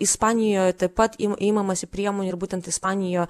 ispanijoje taip pat imamasi priemonių ir būtent ispanijoj